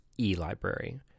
eLibrary